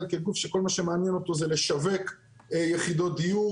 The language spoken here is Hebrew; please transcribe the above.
כגוף שכל מה שמעניין אותו זה לשווק יחידות דיור.